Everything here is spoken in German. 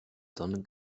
sondern